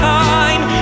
time